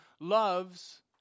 loves